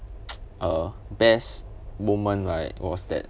uh best moment right was that